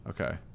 Okay